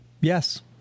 Yes